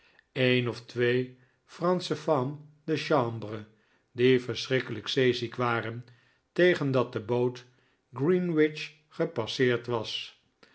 een of twee fransche femmes de chambre die verschrikkelijk zeeziek waren tegen dat de boot greenwich gepasseerd was